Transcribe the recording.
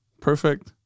perfect